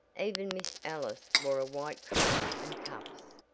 even miss ellis wore a white collar and cuffs,